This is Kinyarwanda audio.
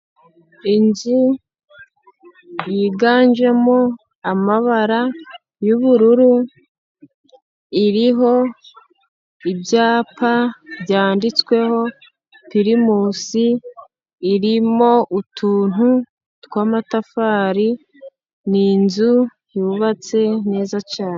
Inzu yiganjemo amabara y'ubururu iriho ibyapa byanditsweho pirimusi, irimo utuntu twamatafari, ni inzu yubatse neza cyane.